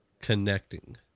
connecting